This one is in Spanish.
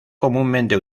comúnmente